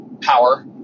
power